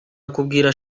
akubwira